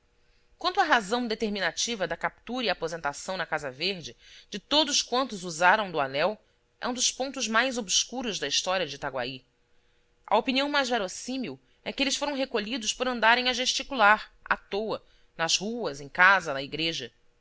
quanto à razão determinativa da captura e aposentação na casa verde de todos quantos usaram do anel é um dos pontos mais obscuros da história de itaguaí a opinião mais verossímil é que eles foram recolhidos por andarem a gesticular à loa nas ruas em casa na igreja